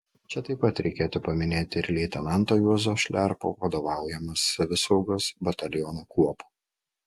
čia taip pat reikėtų paminėti ir leitenanto juozo šliarpo vadovaujamą savisaugos bataliono kuopą